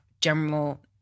general